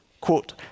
quote